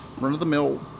run-of-the-mill